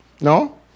No